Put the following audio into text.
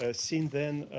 ah since then,